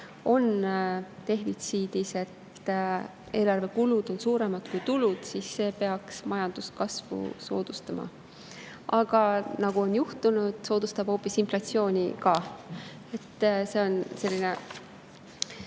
on defitsiidis, eelarve kulud on suuremad kui tulud, siis see peaks majanduskasvu soodustama. Aga nagu on juhtunud, soodustab see hoopis inflatsiooni. See on selline